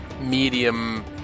medium